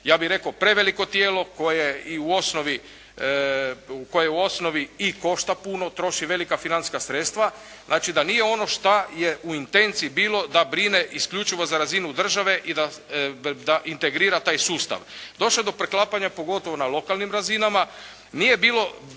ja bih rekao preveliko tijelo, koje i u osnovi i košta puno. Troši velika financijska sredstva. Znači, da nije ono što je u intenciji bilo da brine isključivo za razinu države i da integrira taj sustav. Došlo je do preklapanja pogotovo na lokalnim razinama. Nije bilo